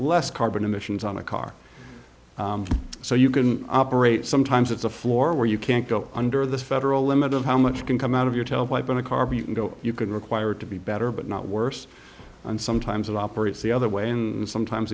less carbon emissions on a car so you can operate sometimes it's a floor where you can't go under the federal limit of how much can come out of your tell by been a car but you can go you can require to be better but not worse and sometimes it operates the other way and sometimes